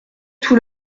tout